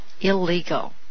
illegal